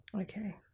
Okay